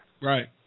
Right